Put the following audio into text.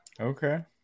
Okay